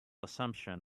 assumption